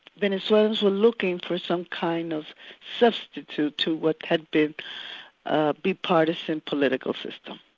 venezuelans were looking for some kind of substitute to what had been a bipartisan political system.